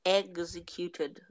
executed